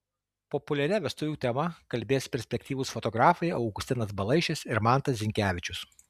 populiaria vestuvių tema kalbės perspektyvūs fotografai augustinas balaišis ir mantas zinkevičius